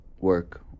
work